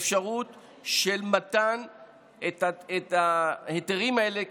כל עיכוב באפשרות של מתן ההיתרים האלה,